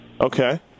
Okay